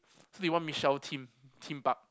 so they want Michelle Theme Theme Park